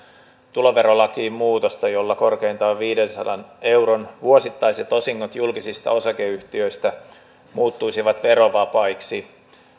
tuloverolakiin muutosta jolla korkeintaan viidensadan euron vuosittaiset osingot julkisista osakeyhtiöistä muuttuisivat verovapaiksi